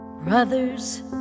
brothers